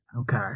okay